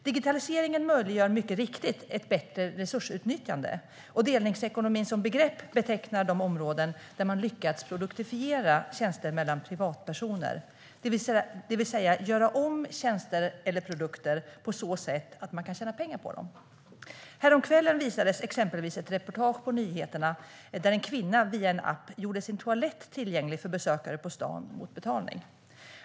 Digitaliseringen möjliggör mycket riktigt ett bättre resursutnyttjande, och delningsekonomin som begrepp betecknar de områden där man lyckats produktifiera tjänster mellan privatpersoner, det vill säga göra om tjänster eller produkter på så sätt att man kan tjäna pengar på dem. Häromkvällen visades exempelvis ett reportage på nyheterna där en kvinna via en app gjorde sin toalett tillgänglig för besökare på stan mot betalning.